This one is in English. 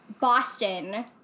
Boston